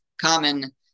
common